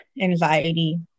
anxiety